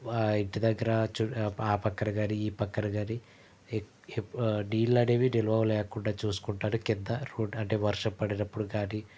మా ఇంటిదగ్గార చు ఆ పక్కన కానీ ఈ పక్కన కానీ ఏ ఏ నీళ్ళు అనేవి నిల్వ లేకుండా చూసుకుంటాను కింద రోడ్ అంటే వర్షం పడేప్పుడు కానీ